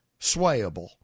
swayable